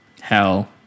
Hell